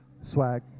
swag